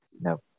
No